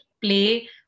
play